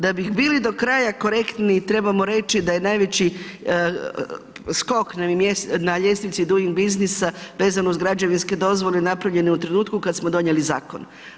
Da bi bili do kraja korektni trebamo reći, da je najveći skok na ljestvici Duing biznisa, vezano uz građevinske dozvole, napravljene u trenutku kada smo donijeli zakon.